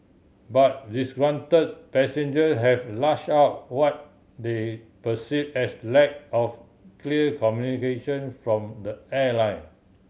but disgruntle passenger have lash out what they perceive as lack of clear communication from the airline